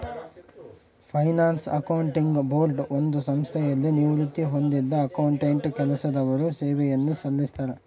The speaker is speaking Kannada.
ಫೈನಾನ್ಸ್ ಅಕೌಂಟಿಂಗ್ ಬೋರ್ಡ್ ಒಂದು ಸಂಸ್ಥೆಯಲ್ಲಿ ನಿವೃತ್ತಿ ಹೊಂದಿದ್ದ ಅಕೌಂಟೆಂಟ್ ಕೆಲಸದವರು ಸೇವೆಯನ್ನು ಸಲ್ಲಿಸ್ತರ